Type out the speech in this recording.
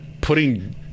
putting